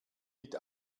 mit